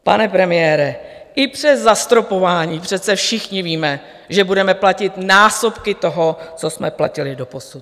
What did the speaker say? Pane premiére, i přes zastropování přece všichni víme, že budeme platit násobky toho, co jsme platili doposud.